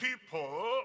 people